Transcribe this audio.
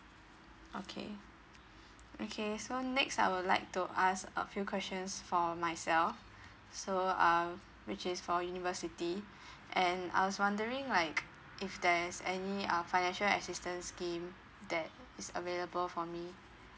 okay okay so next I would like to ask a few questions for myself so um which is for university and I was wondering like if there's any uh financial assistance scheme that is available for me